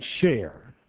share